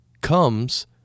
comes